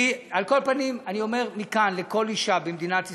אני אומר מכאן לכל אישה במדינת ישראל: